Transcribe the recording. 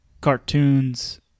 cartoons